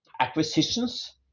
acquisitions